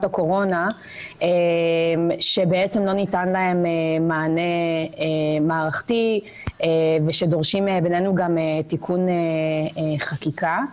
הקורונה שלא ניתן להן מענה מערכתי ושבעינינו דורשים תיקון חקיקה.